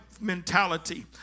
mentality